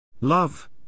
Love